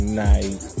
night